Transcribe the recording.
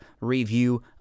review